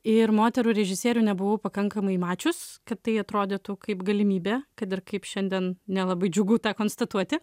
ir moterų režisierių nebuvau pakankamai mačius kad tai atrodytų kaip galimybė kad ir kaip šiandien nelabai džiugu konstatuoti